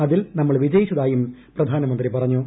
അതിൽ ്ന്മ്മൾ വിജയിച്ചതായും പ്രധാനമന്ത്രി പറഞ്ഞു